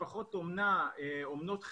משפחות אומנה, אומנות חירום,